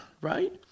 right